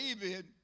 David